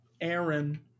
Aaron